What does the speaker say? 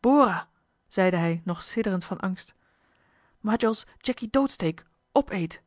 bora zeide hij nog sidderend van angst majols jacky doodsteek opeet